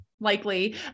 likely